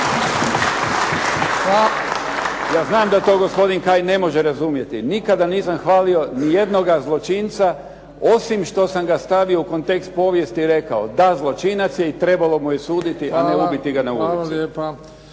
Ja znam da to gospodin Kajin ne može razumjeti, nikada nisam hvalio ni jednoga zločinca, osim što sam ga stavio u kontekst povijesti rekao, da zločinac je i trebalo mu je suditi, a ne ubiti ga na ulici.